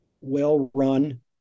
well-run